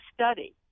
study